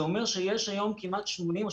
זה אומר שיש היום כמעט 80% או